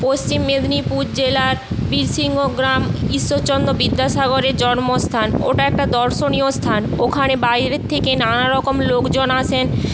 পশ্চিম মেদিনীপুর জেলার বীরসিংহ গ্রাম ঈশ্বরচন্দ্র বিদ্যাসাগরের জন্মস্থান ওটা একটা দর্শনীয় স্থান ওখানে বাইরের থেকে নানারকম লোকজন আসেন